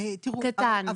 קטן.